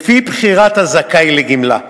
לפי בחירת הזכאי לגמלה.